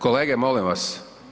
Kolege molim vas.